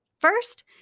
First